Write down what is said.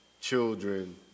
children